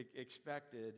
expected